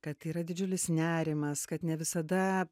kad yra didžiulis nerimas kad ne visada